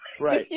Right